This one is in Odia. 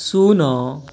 ଶୂନ